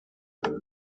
però